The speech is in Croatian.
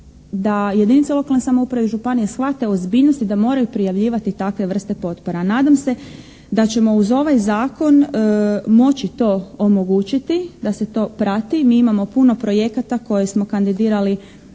da jedinice lokalne samouprave i županije shvate ozbiljnost i da moraju prijavljivati takve vrste potpora. Nadam se da ćemo uz ovaj zakon moći to omogućiti da se to prati. Mi imamo puno projekata koje smo kandidirali,